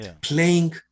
playing